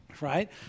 right